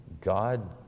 God